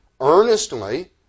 earnestly